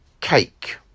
Cake